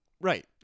Right